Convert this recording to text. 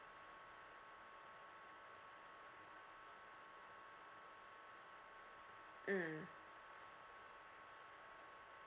mm